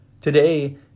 Today